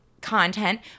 content